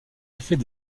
effets